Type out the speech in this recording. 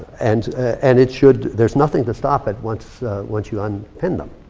and and it should, there's nothing to stop it once once you unpin them.